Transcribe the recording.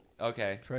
Okay